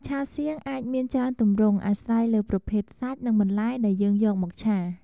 ឆាសៀងអាចមានច្រើនទម្រង់ អាស្រ័យលើប្រភេទសាច់ និងបន្លែដែលយើងយកមកឆា។